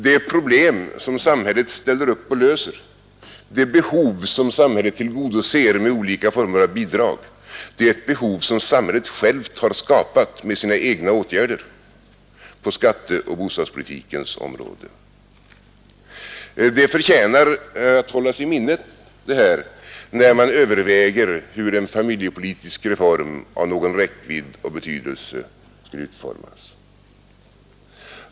Det problem som samhället ställer upp och löser, det behov som samhället tillgodoser genom olika former av bidrag är ett behov som samhället självt har skapat med sina egna åtgärder på skatteoch 13 Detta förtjänar att hållas i minnet när man överväger hur en familjepolitisk reform av någon räckvidd och betydelse skall utformas.